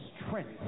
strength